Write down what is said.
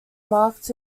marked